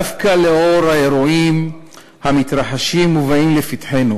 דווקא לאור האירועים המתרחשים ובאים לפתחנו